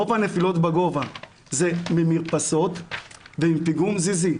רוב הנפילות בגובה זה ממרפסות וגם פיגום זיזי.